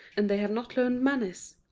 and they have not learned manners.